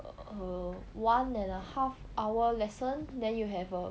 err one and a half hour lesson then you have err